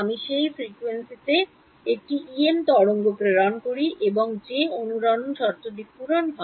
আমি সেই ফ্রিকোয়েন্সিতে একটি ইএম তরঙ্গ প্রেরণ করি এবং যে অনুরণন শর্তটি পূরণ হয়